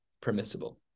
permissible